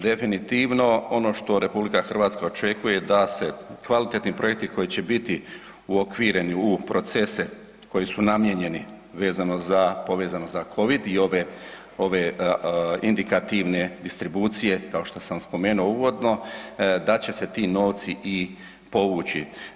Definitivno ono što RH očekuje da se kvalitetni projekti koji će biti uokvireni u procese koji su namijenjeni, vezano za, povezano za Covid i ove, ove indikativne distribucije, kao što sam spomenuo uvodno, da će se ti novci i povući.